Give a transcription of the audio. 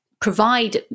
provide